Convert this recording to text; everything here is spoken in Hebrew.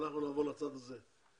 כמה מלים על